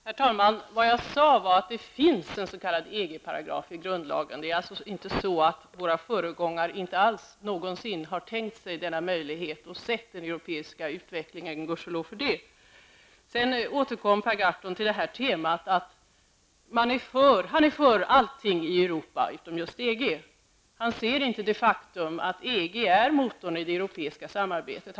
Herr talman! Jag sade att det finns en s.k. EG paragraf i grundlagen. Det är alltså inte så, att våra föregångare inte alls tänkte sig denna möjlighet och såg den europeiska utvecklingen -- gudskelov för det! Per Gahrton återkommer till detta att han är för allt i Europa utom just EG. Han ser inte det faktum att EG är motorn i det europeiska samarbetet.